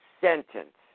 sentence